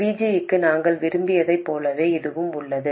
VG க்கு நாங்கள் விரும்பியதைப் போலவே இதுவும் உள்ளது